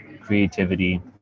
creativity